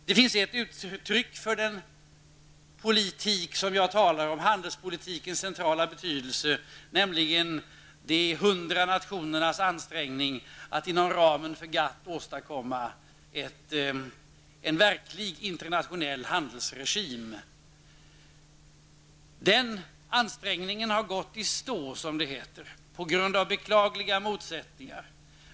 Det finns ett uttryck för den politik som jag talar om, handelspolitikens centrala betydelse, nämligen de 100 nationernas ansträngning att inom ramen för GATT åstadkomma en verklig internationell handelsregim. Den ansträngningen har gått i stå, som det heter, på grund av beklagliga motsättningar.